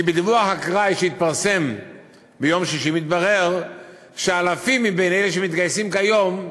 כי בדיווח אקראי שהתפרסם ביום שישי התברר שאלפים מאלה שמתגייסים כיום,